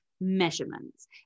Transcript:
measurements